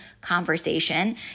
conversation